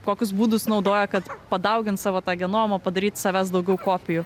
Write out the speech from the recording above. kokius būdus naudoja kad padaugint savo tą genomą padaryt savęs daugiau kopijų